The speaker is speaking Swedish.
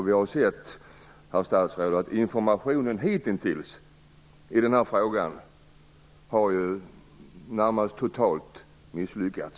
Vi har ju sett, herr statsråd, att informationen om denna fråga hittills misslyckats närmast totalt.